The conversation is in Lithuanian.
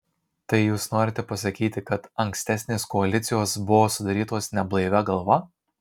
tai jūs norite pasakyti kad ankstesnės koalicijos buvo sudarytos neblaivia galva